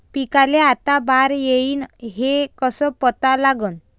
पिकाले आता बार येईन हे कसं पता लागन?